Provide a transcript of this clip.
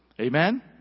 Amen